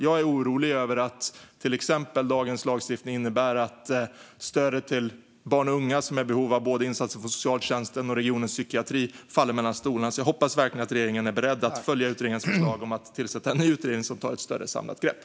Jag är orolig över att dagens lagstiftning innebär att till exempel stödet till barn och unga som är i behov av insatser från både socialtjänst och regionpsykiatri faller mellan stolarna. Jag hoppas därför att regeringen är beredd att följa utredningens förslag om att tillsätta en ny utredning som tar ett större samlat grepp.